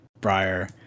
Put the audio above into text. Briar